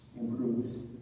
improves